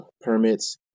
Permits